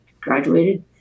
graduated